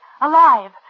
alive